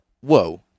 whoa